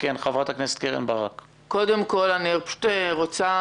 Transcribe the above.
קודם כול אני רוצה